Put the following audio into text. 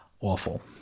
Awful